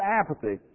apathy